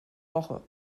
woche